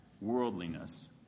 worldliness